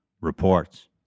Reports